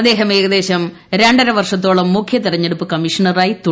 അദ്ദേഹം ഏകദേശം രണ്ടര വർഷത്തോളം മുഖ്യ തെരഞ്ഞെടുപ്പ് കമ്മീഷണറായി തുടരും